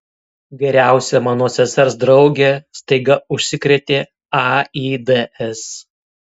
geriausia mano sesers draugė staiga užsikrėtė aids